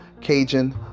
Cajun